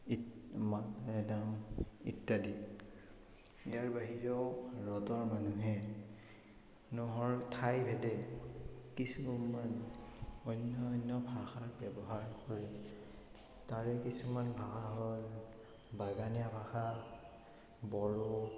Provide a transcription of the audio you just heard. ইত্যাদি ইয়াৰ বাহিৰেও ভাৰতৰ মানুহে মানুহৰ ঠাইভেদে কিছুমান অন্য অন্য ভাষাৰ ব্যৱহাৰ কৰে তাৰে কিছুমান ভাষা হ'ল বাগানীয়া ভাষা বড়ো